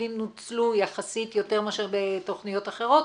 התקציבים נוצלו יחסית יותר מאשר בתכניות אחרות.